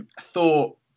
thought